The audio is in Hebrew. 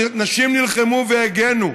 נשים נלחמו והגנו.